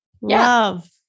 Love